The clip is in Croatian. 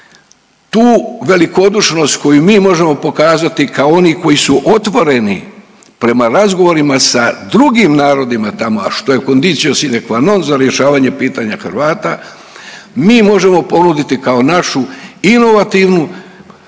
Tu velikodušnost koju mi možemo pokazati kao oni koji su otvoreni prema razgovorima sa drugim narodima tamo, a što je conditio sine qua non za rješavanje pitanja Hrvata, mi možemo ponuditi kao našu inovativnu,